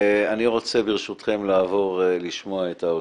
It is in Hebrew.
אני רוצה, ברשותכם, לעבור לשמוע את האוצר.